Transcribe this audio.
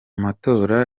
matora